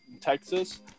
Texas